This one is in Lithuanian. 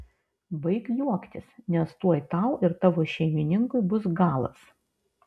baik juoktis nes tuoj tau ir tavo šeimininkui bus galas